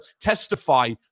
testify